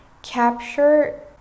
capture